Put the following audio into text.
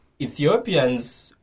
Ethiopians